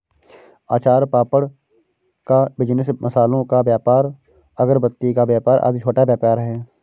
अचार पापड़ का बिजनेस, मसालों का व्यापार, अगरबत्ती का व्यापार आदि छोटा व्यापार है